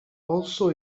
also